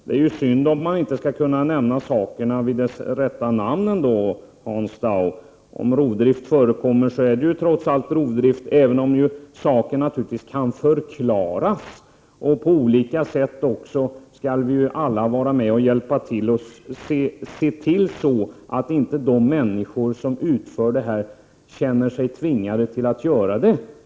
Det vore synd om man inte skulle kunna nämna saker vid deras rätta namn, Hans Dau. Rovdrift är trots allt rovdrift, även om företeelsen naturligtvis kan förklaras. Vi skall självfallet också alla bidra till att det inte blir så att de människor som utför detta känner sig tvingade till det.